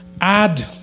add